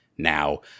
now